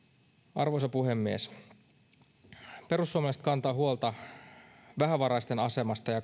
arvoisa puhemies perussuomalaiset kantavat huolta vähävaraisten asemasta ja